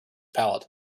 palate